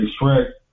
Shrek